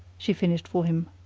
she finished for him.